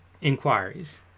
inquiries